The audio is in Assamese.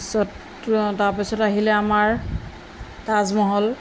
তাছত তাৰপিছত আহিলে আমাৰ তাজমহল